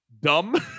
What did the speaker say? dumb